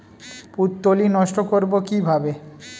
পুত্তলি নষ্ট করব কিভাবে?